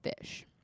fish